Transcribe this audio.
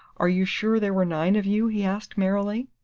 are you sure there were nine of you? he asked, merrily.